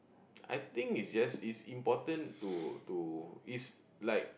I think it's just it's important to to it's like